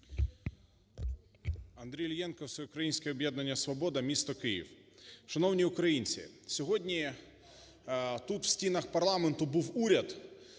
Андрій Іллєнко, Всеукраїнське об'єднання "Свобода", місто Київ. Шановні українці! Сьогодні, тут, в стінах парламенту був уряд.